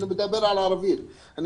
אני מדבר על החברה הערבית.